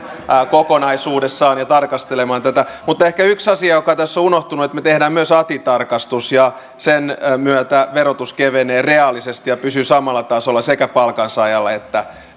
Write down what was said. kokonaisuudessaan ja tarkastelemaan tätä mutta ehkä yksi asia joka tässä on unohtunut on että me teemme myös ati tarkistuksen ja sen myötä verotus kevenee reaalisesti ja pysyy samalla tasolla sekä palkansaajalla että